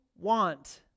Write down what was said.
want